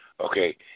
okay